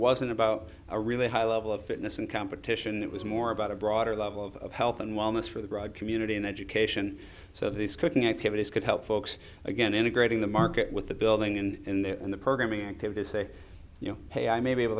wasn't about a really high level of fitness and competition it was more about a broader level of health and wellness for the broad community in education so these cooking activities could help folks again integrating the market with the building and the programming activists say you know hey i may be able